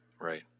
Right